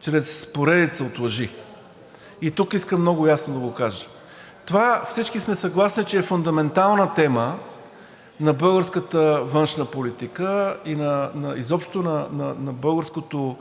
чрез поредица от лъжи и тук искам много ясно да го кажа. Това всички сме съгласни, че е фундаментална тема на българската външна политика и изобщо на българското